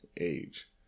age